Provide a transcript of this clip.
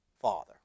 father